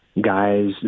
guys